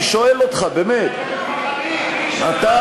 אני שואל אותך באמת, מפחדים, הם מפחדים.